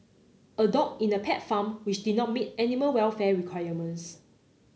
a dog in a pet farm which did not meet animal welfare requirements